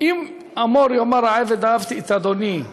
אם אמור יאמר העבד אהבתי את אדוני,